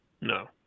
No